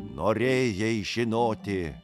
norėjai žinoti